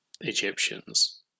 Egyptians